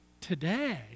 today